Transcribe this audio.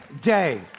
day